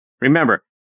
Remember